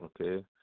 okay